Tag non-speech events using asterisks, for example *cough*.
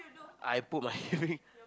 I put my *laughs* ring